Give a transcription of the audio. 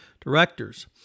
directors